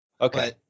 Okay